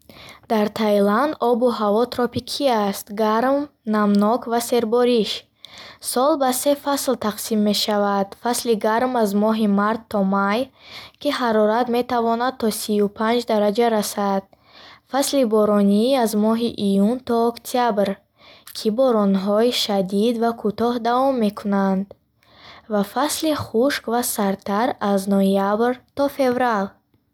Дар Таиланд обу ҳаво тропикӣ аст, гарм, намнок ва сербориш. Сол ба се фасл тақсим мешавад: фасли гарм аз моҳи март то май, ки ҳарорат метавонад то сию панҷ дараҷа расад; фасли боронӣ аз моҳи июн то октябр, ки боронҳои шадид ва кӯтоҳ давом мекунанд; ва фасли хушк ва сардтар аз ноябр то феврал.